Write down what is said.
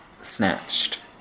Snatched